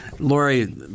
Lori